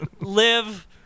live